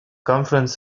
conference